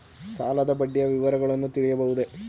ಸಾಲದ ಬಡ್ಡಿಯ ವಿವರಗಳನ್ನು ತಿಳಿಯಬಹುದೇ?